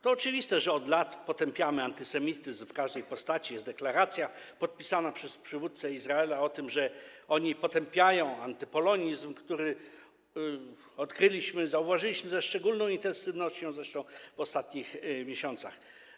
To oczywiste, że od lat potępiamy antysemityzm w każdej postaci, jest deklaracja podpisana przez przywódcę Izraela o tym, że oni potępiają antypolonizm, który zresztą odkryliśmy, zauważyliśmy, szczególnie intensywny, w ostatnich miesiącach.